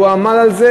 והוא עמל על זה,